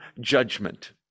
judgment